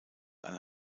eine